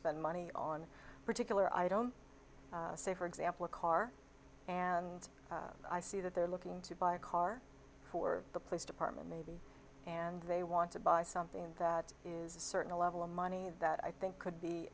spend money on a particular i don't say for example a car and i see that they're looking to buy a car for the police department maybe and they want to buy something that is a certain level of money that i think could be